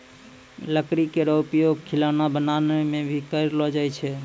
लकड़ी केरो उपयोग खिलौना बनाय म भी करलो जाय छै